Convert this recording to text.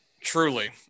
Truly